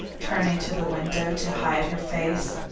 turning to the window to hide her face.